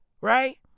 Right